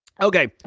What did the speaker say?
Okay